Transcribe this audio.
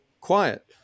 quiet